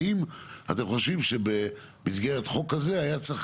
והאם אתם חושבים שבמסגרת החוק הזה היה צריך